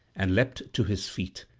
and leapt to his feet,